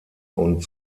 und